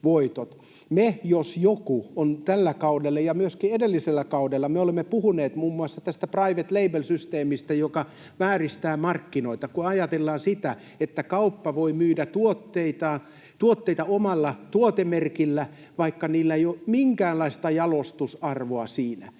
Me, jos joku, olemme tällä kaudella ja myöskin edellisellä kaudella puhuneet muun muassa tästä private label ‑systeemistä, joka vääristää markkinoita. Kun ajatellaan, että kauppa voi myydä tuotteita omalla tuotemerkillä, vaikka niillä ei ole minkäänlaista jalostusarvoa siinä,